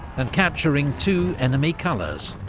and capturing two enemy colours.